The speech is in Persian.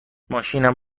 ماشینم